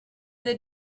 the